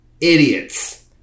Idiots